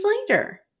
later